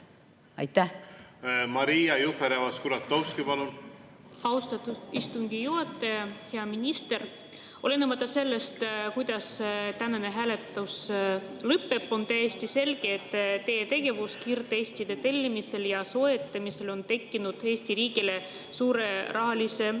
palun! Maria Jufereva-Skuratovski, palun! Austatud istungi juhataja! Hea minister! Olenemata sellest, kuidas tänane hääletus lõpeb, on täiesti selge, et teie tegevus kiirtestide tellimisel ja soetamisel on tekitanud Eesti riigile suure rahalise kahju